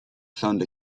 found